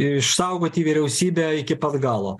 išsaugoti vyriausybę iki pat galo